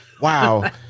Wow